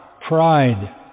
pride